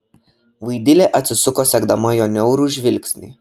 vaidilė atsisuko sekdama jo niaurų žvilgsnį